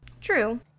True